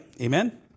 Amen